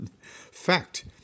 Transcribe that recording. Fact